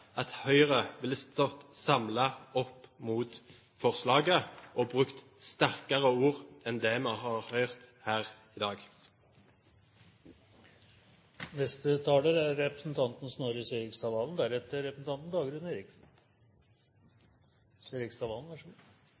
at Høyre ville stått samlet mot forslaget og brukt sterkere ord enn det vi har hørt her i dag. At et tiltak kan virke kriminalitetsbekjempende, er